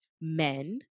men